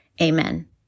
amen